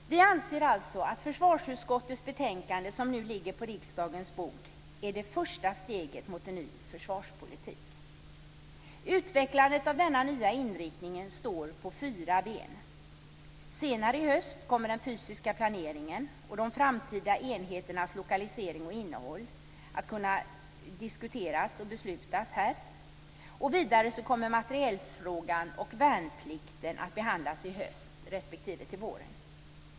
Vi anser alltså att försvarsutskottets betänkande, som nu ligger på riksdagens bord, är det första steget mot en ny försvarspolitik. Utvecklandet av denna nya inriktning står på fyra ben. Senare i höst kommer den fysiska planeringen och de framtida enheternas lokalisering och innehåll att kunna diskuteras och beslutas om här. Vidare kommer materielfrågan och värnplikten att behandlas i höst respektive till våren.